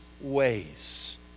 ways